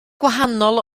gwahanol